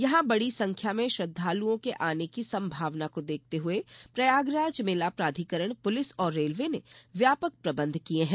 यहां बड़ी संख्या में श्रद्वालुओं के आने की संभावना को देखते हुए प्रयागराज मेला प्राधिकरण पुलिस और रेलवे ने व्यापक प्रबंध किये हैं